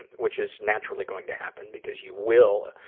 and which is naturally going to happen because you will,